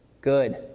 good